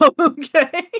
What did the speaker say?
Okay